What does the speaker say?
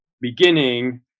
beginning